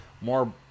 more